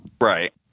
Right